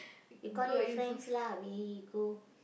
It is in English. you call your friends lah we go